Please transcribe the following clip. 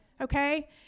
okay